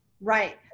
right